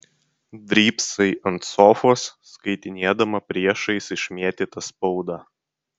drybsai ant sofos skaitinėdama priešais išmėtytą spaudą